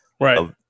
Right